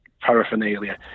paraphernalia